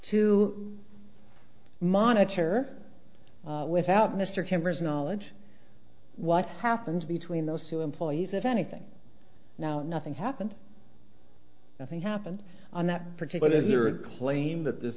to monitor without mr kember's knowledge what happened between those two employees if anything now nothing happened nothing happened on that particular your claim that this